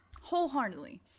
wholeheartedly